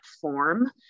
form